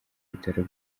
bitaro